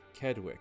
Kedwick